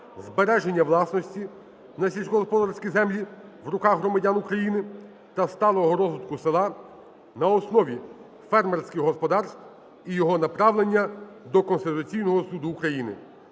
збереження власності на сільськогосподарські землі в руках громадян України та сталого розвитку села на основі фермерських господарств і його направлення до Конституційного Суду України.